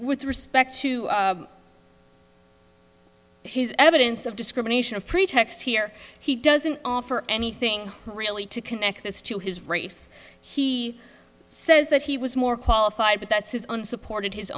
with respect to his evidence of discrimination of pretexts here he doesn't offer anything really to connect this to his race he says that he was more qualified but that's his unsupported his